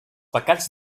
pecats